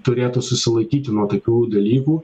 turėtų susilaikyti nuo tokių dalykų